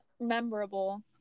memorable